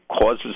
causes